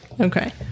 Okay